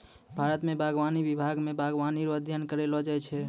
भारत मे बागवानी विभाग मे बागवानी रो अध्ययन करैलो जाय छै